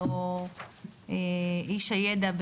או איש הידע,